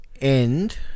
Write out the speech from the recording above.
end